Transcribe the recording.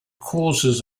causes